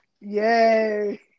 Yay